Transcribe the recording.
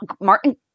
Martin